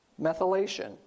methylation